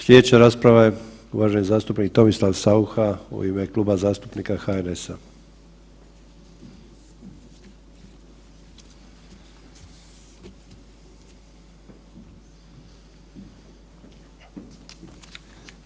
Sljedeća rasprava je uvaženi zastupnik Tomislav Saucha u ime Kluba zastupnika HNS-a.